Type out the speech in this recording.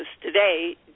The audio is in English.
today